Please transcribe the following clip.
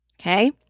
Okay